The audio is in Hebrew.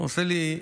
אני שם,